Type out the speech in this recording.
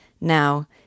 Now